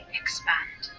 expand